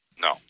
No